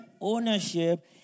ownership